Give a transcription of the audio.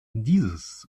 dieses